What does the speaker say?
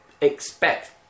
expect